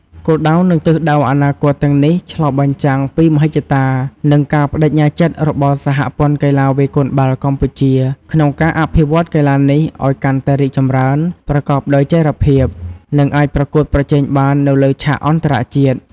គោលដៅ និងទិសដៅអនាគតទាំងនេះឆ្លុះបញ្ចាំងពីមហិច្ឆតា និងការប្តេជ្ញាចិត្តរបស់សហព័ន្ធកីឡាវាយកូនបាល់កម្ពុជា ក្នុងការអភិវឌ្ឍកីឡានេះឱ្យកាន់តែរីកចម្រើន ប្រកបដោយចីរភាព និងអាចប្រកួតប្រជែងបាននៅលើឆាកអន្តរជាតិ។